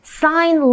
sign